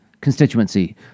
constituency